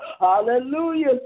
Hallelujah